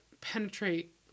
penetrate